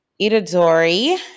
Itadori